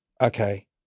okay